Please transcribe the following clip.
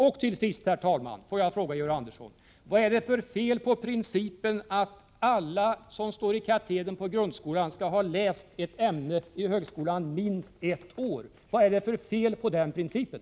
Låt mig till sist, herr talman, fråga Georg Andersson: Vad är det för fel på principen att alla som står i katedern på grundskolan skall ha läst ett ämne i högskolan minst ett år? Vad är det för fel på den principen?